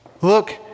look